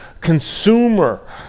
consumer